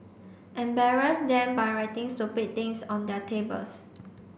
embarrass them by writing stupid things on their tables